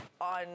on